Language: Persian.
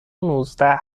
نوزده